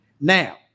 Now